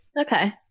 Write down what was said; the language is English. Okay